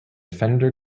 fender